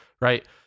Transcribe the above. right